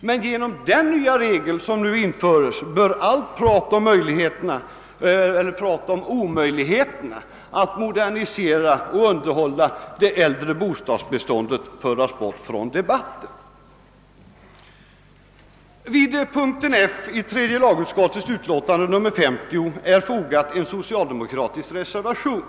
Men genom den nya regel som nu föreslås bli införd bör allt tal om omöjligheten att modernisera och underhålla det äldre bostadsbeståndet kunna avföras ur debatten. Vid mom. F i utskottsutlåtandet har avgivits en socialdemokratisk reservation.